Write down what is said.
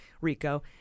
RICO